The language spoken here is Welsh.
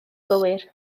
gywir